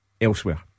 Elsewhere